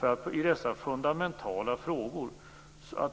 Att i dessa fundamentala frågor